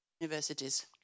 universities